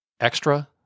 extra